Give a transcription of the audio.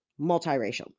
multiracial